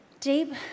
Deep